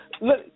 Look